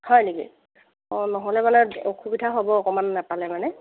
হয় নেকি অঁ নহ'লে মানে অসুবিধা হ'ব অকণমান নেপালে মানে